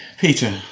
Peter